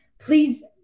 please